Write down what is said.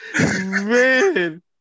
man